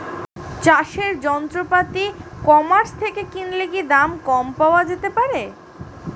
চাষের যন্ত্রপাতি e commerce থেকে কিনলে কি দাম কম পাওয়া যেতে পারে?